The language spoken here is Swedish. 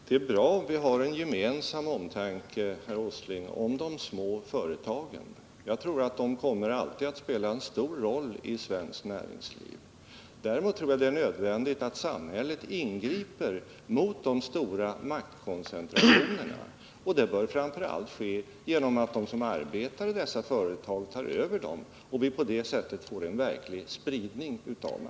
Herr talman! Det är bra att vi har en gemensam omtanke om de små företagen, herr Åsling. Jag tror att de alltid kommer att spela en stor roll i svenskt näringsliv. Däremot tror jag det är nödvändigt att samhället ingriper mot de stora maktkoncentrationerna. Det bör framför allt ske genom attde Nr 85 som arbetar i dessa företag tar över dem och att vi på det sätte?får en verklig Torsdagen den spridning av'dem.